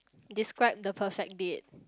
describe the perfect date